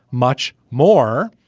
much more.